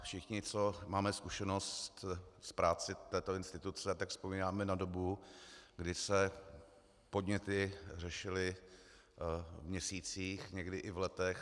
Všichni, co máme zkušenost s prací této instituce, tak vzpomínáme na dobu, kdy se podněty řešily v měsících, někdy i v letech.